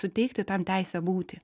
suteikti tam teisę būti